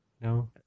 No